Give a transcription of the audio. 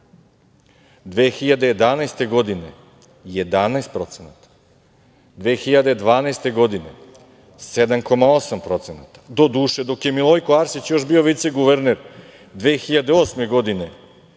2011. godine 11%, 2012. godine 7,8%. Doduše, dok je Milojko Arsić još bio viceguverner 2008. godine,